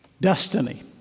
destiny